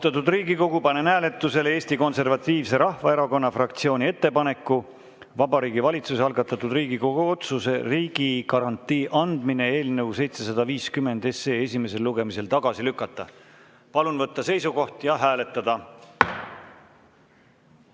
Palun võtta seisukoht ja hääletada!